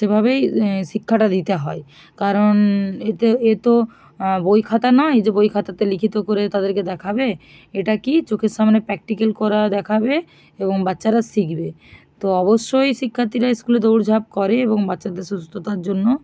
সেভাবেই শিক্ষাটা দিতে হয় কারণ এতে এত বই খাতা নয় যে বই খাতাতে লিখিত করে তাদেরকে দেখাবে এটা কী চোখের সামনে প্র্যাক্টিক্যাল করা দেখাবে এবং বাচ্চারা শিখবে তো অবশ্যই শিক্ষার্থীরা স্কুলে দৌড়ঝাঁপ করে এবং বাচ্চাদের সুস্থতার জন্য